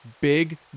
big